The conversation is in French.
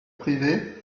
privés